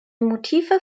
motive